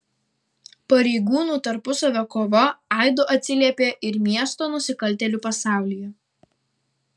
pareigūnų tarpusavio kova aidu atsiliepė ir miesto nusikaltėlių pasaulyje